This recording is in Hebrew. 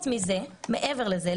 מעבר לזה,